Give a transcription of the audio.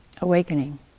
awakening